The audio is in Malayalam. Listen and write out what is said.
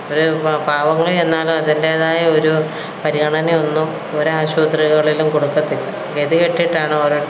ഒരു പാവങ്ങൾ ചെന്നാലും അതിൻ്റേതായ ഒരു പരിഗണനയൊന്നും ഒരു ആശുപത്രികളിലും കൊടുക്കത്തില്ല ഗതി കെട്ടിട്ടാണ് ഓരോരുത്തർ